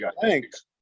Thanks